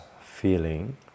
feeling